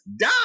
Die